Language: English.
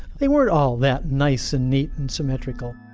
they were all that nice and neat and symmetrical.